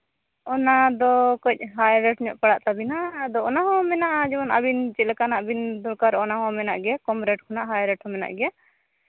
ᱚᱱᱟ ᱫᱚ ᱠᱟᱹᱡ ᱦᱟᱭ ᱨᱮᱹᱴ ᱧᱚᱜ ᱯᱟᱲᱟᱜ ᱛᱟᱹᱵᱤᱱᱟ ᱟᱫᱚ ᱚᱱᱟᱦᱚᱸ ᱢᱮᱱᱟᱜᱼᱟ ᱡᱮᱢᱚᱱ ᱟᱹᱵᱤᱱ ᱪᱮᱫ ᱞᱮᱠᱟᱱᱟᱜ ᱵᱤᱱ ᱫᱚᱨᱠᱟᱨᱚᱜᱼᱟ ᱚᱱᱟᱦᱚᱸ ᱢᱮᱱᱟᱜ ᱜᱮᱭᱟ ᱠᱚᱢ ᱨᱮᱹᱴ ᱠᱷᱚᱱᱟᱜ ᱦᱟᱭ ᱨᱮᱹᱴ ᱦᱚᱸ ᱢᱮᱱᱟᱜ ᱜᱮᱭᱟ